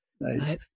Nice